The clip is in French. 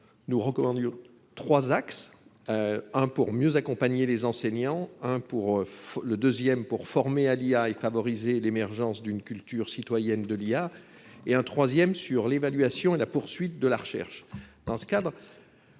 Nous recommandions trois axes, un pour mieux accompagner les enseignants, le deuxième pour former à l'IA et favoriser l'émergence d'une culture citoyenne de l'IA, et un troisième sur l'évaluation et la poursuite de la recherche.